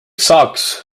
saaks